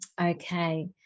Okay